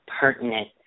pertinent